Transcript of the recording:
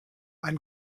ein